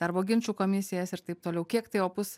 darbo ginčų komisijas ir taip toliau kiek tai opus